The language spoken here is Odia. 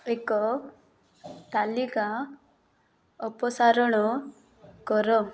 ଏକ ତାଲିକା ଅପସାରଣ କର